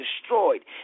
destroyed